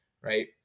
right